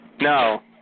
No